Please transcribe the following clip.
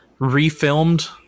refilmed